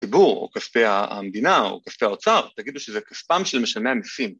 ציבור או כספי המדינה או כספי האוצר. תגידו שזה כספם של משלמי המיסים.